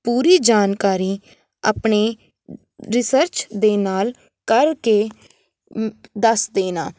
ਪੂਰੀ ਜਾਣਕਾਰੀ ਆਪਣੀ ਰਿਸਰਚ ਦੇ ਨਾਲ ਕਰਕੇ ਦੱਸ ਦੇਣਾ